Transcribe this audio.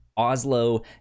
Oslo